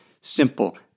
simple